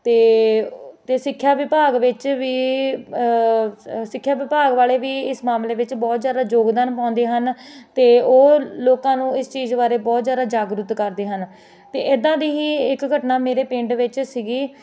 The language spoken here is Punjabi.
ਅਤੇ ਅਤੇ ਸਿੱਖਿਆ ਵਿਭਾਗ ਵਿੱਚ ਵੀ ਸ ਸਿੱਖਿਆ ਵਿਭਾਗ ਵਾਲੇ ਵੀ ਇਸ ਮਾਮਲੇ ਵਿੱਚ ਬਹੁਤ ਜ਼ਿਆਦਾ ਯੋਗਦਾਨ ਪਾਉਂਦੇ ਹਨ ਅਤੇ ਉਹ ਲੋਕਾਂ ਨੂੰ ਇਸ ਚੀਜ਼ ਬਾਰੇ ਬਹੁਤ ਜ਼ਿਆਦਾ ਜਾਗਰੂਕ ਕਰਦੇ ਹਨ ਅਤੇ ਇੱਦਾਂ ਦੀ ਹੀ ਇੱਕ ਘਟਨਾ ਮੇਰੇ ਪਿੰਡ ਵਿੱਚ ਸੀਗੀ